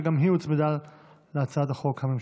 שגם היא הוצמדה להצעת החוק הממשלתית.